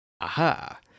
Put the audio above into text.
aha